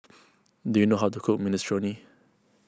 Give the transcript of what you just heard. do you know how to cook Minestrone